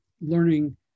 learning